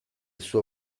suo